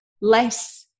less